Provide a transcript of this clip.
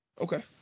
Okay